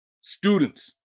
students